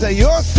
ah your